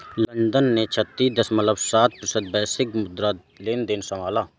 London ने छत्तीस दश्मलव सात प्रतिशत वैश्विक मुद्रा लेनदेन संभाला